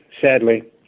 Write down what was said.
sadly